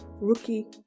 rookie